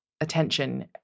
attention